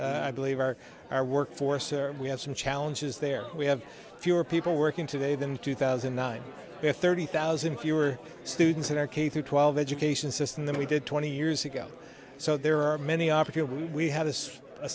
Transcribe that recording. there is believe our our workforce we have some challenges there we have fewer people working today than two thousand and nine thirty thousand fewer students in our k through twelve education system than we did twenty years ago so there are many opportunities we ha